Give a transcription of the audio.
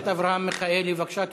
חבר הכנסת אברהם מיכאלי, בבקשה.